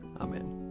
Amen